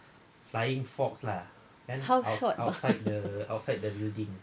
how short